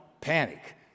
panic